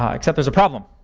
ah except, there's a problem.